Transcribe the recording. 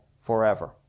forever